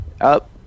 up